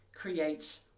creates